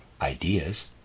ideas